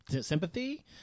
sympathy